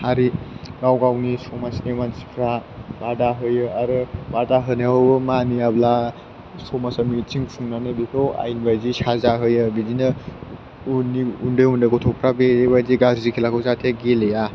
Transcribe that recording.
हारि गाव गावनि समाजनि मानसिफ्रा बादा होयो आरो बादा होनायाव मानियाब्ला समाजाव मिथिं खुंनानै बिखौ आयेन बायदियै साजा होयो बिदिनो उननि उन्दै उन्दै गथ'फ्रा बेबायदि गाज्रि खेलाखौ जाहाथे गेलेया